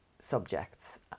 subjects